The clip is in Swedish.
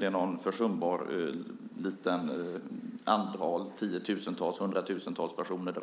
Det är en försumbar mängd, 10 000 eller 100 000 personer.